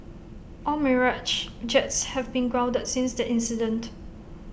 all Mirage jets have been grounded since the incident